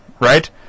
right